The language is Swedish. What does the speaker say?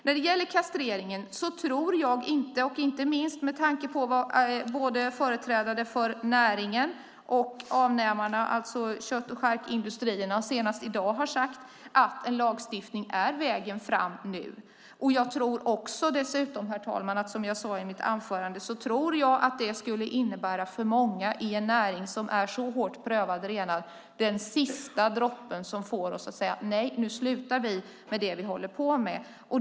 När det gäller kastreringen tror jag inte - inte minst med tanke på vad företrädare för både näringen och avnämarna, alltså kött och charkindustrierna, senast i dag har sagt - att en lagstiftning är vägen framåt nu. Som jag sade i mitt anförande tror jag dessutom, herr talman, att det för många i en näring som redan är så hårt prövad skulle innebära den sista droppen som får dem att säga: Nej, nu slutar vi med det vi håller på med.